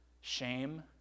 shame